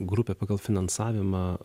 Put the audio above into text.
grupė pagal finansavimą